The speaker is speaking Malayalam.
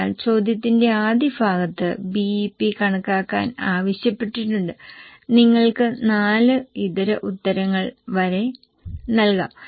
അതിനാൽ ചോദ്യത്തിന്റെ ആദ്യ ഭാഗത്ത് BEP കണക്കാക്കാൻ ആവശ്യപ്പെട്ടിട്ടുണ്ട് നിങ്ങൾക്ക് നാല് ഇതര ഉത്തരങ്ങൾ വരെ നൽകാം